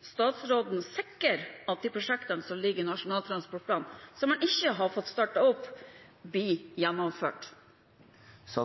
statsråden sikre at de prosjektene som ligger i Nasjonal transportplan, som man ikke har fått startet opp, blir gjennomført? For